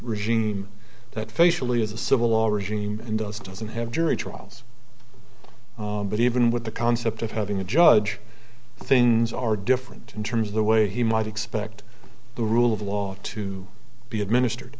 regime that facially is a civil all regime and does doesn't have jury trials but even with the concept of having a judge things are different in terms of the way he might expect the rule of law to be administered